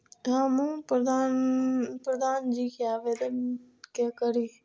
हमू प्रधान जी के आवेदन के करी?